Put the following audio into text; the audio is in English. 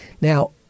Now